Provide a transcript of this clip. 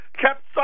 kept